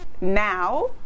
now